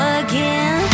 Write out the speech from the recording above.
again